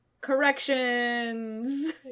Corrections